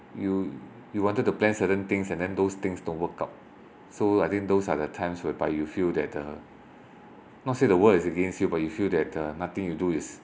you you wanted to plan certain things and then those things don't work out so I think those are the times whereby you feel that uh not say the world is against you but you feel that uh nothing you do is